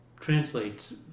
translates